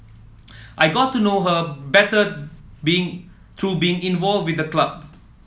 I got to know her better being through being involved with the club